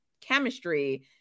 chemistry